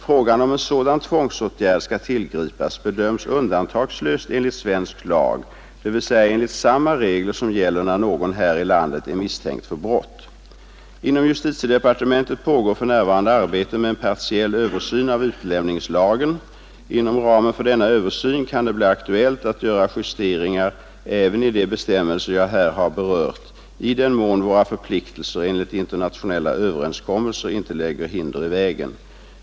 Frågan om en sådan tvångsåtgärd skall tillgripas bedöms undantagslöst enligt svensk lag, dvs. enligt samma regler som gäller när någon här i landet är misstänkt för brott. Inom justitiedepartementet pågår för närvarande arbete med en partiell översyn av utlämningslagen. Inom ramen för denna översyn kan det bli aktuellt att göra justeringar även i de bestämmelser jag här har berört, i den mån våra förpliktelser enligt internationella överenskommelser inte lägger hinder i vägen.